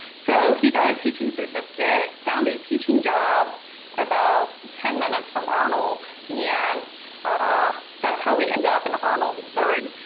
so he got a teaching certificate found a teaching job about ten minutes from arnold yeah and ah that's how we end up in arnold missouri.